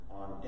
on